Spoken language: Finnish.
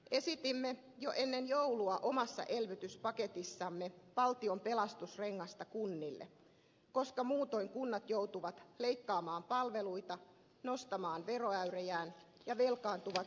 esitimme jo ennen joulua omassa elvytyspaketissamme valtion pelastusrengasta kunnille koska muutoin kunnat joutuvat leikkaamaan palveluita nostamaan veroäyrejään ja velkaantuvat kohtuuttomasti